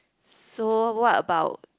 so what about